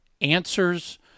answers